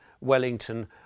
Wellington